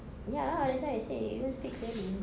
ya that's what I say you don't speak clearly